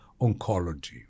oncology